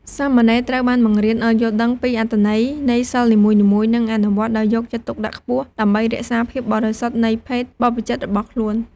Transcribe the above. សាមណេរត្រូវបានបង្រៀនឱ្យយល់ដឹងពីអត្ថន័យនៃសីលនីមួយៗ និងអនុវត្តដោយយកចិត្តទុកដាក់ខ្ពស់ ដើម្បីរក្សាភាពបរិសុទ្ធនៃភេទបព្វជិតរបស់ខ្លួន។